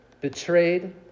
Betrayed